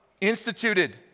Instituted